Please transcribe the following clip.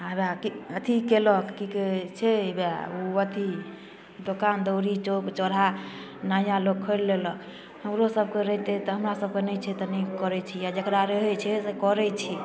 आ कि हय वा अथी कयलक कि कहैत छै हय वा ओ अथी दोकान दौरी चौक चौराहा नया लोक खोलि लेलक हमरो सभकऽ रहितै तऽ हमरा सभकऽ नहि छै तऽ नहि करैत छियै आ जकरा रहैत छै से करैत छै